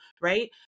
right